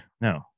No